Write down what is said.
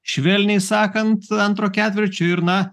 švelniai sakant antro ketvirčio ir na